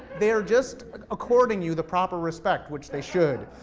they're just according you the proper respect, which they should,